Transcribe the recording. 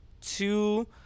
two